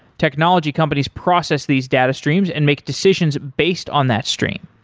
technology companies process these data streams and make decisions based on that stream.